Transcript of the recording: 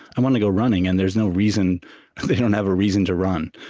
i want to go running, and there's no reason they don't have a reason to run.